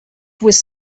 was